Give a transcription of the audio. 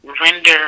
render